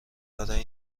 برای